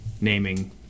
naming